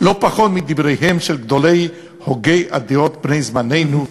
לא פחות מדבריהם של גדולי הוגי הדעות בני זמננו,